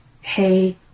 Hey